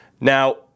Now